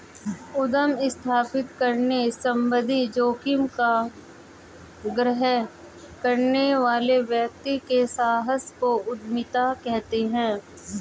उद्यम स्थापित करने संबंधित जोखिम का ग्रहण करने वाले व्यक्ति के साहस को उद्यमिता कहते हैं